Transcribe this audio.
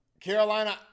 Carolina